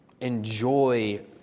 enjoy